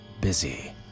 busy